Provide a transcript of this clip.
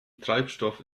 treibstoff